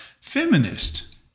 feminist